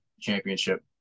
championship